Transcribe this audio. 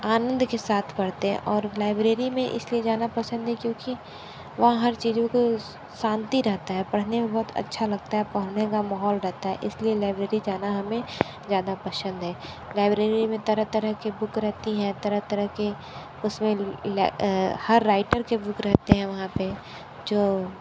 आनंद के साथ पढ़ते हैं और लाइब्रेरी में इसलिए जाना पसंद है क्योंकि वहाँ हर चीजों को शांति रहता है पढ़ने में बहुत अच्छा लगता है पढ़ने का माहौल रहता है इसलिए लाइब्रेरी जाना हमें ज़्यादा पसंद है लाइब्रेरी में तरह तरह की बुक रहती है तरह तरह के उसमें हर राइटर के बुक रहते हैं वहाँ पर जो